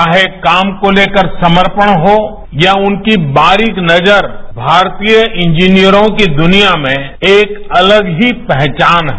चाहे काम को लेकर समपर्ण हो या उनकी बारीक नजर भारतीय इंजीनियरों की दुनिया में एक अलग ही पहचान है